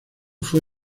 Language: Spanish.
fue